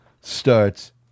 starts